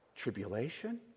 Tribulation